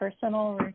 personal